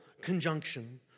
conjunction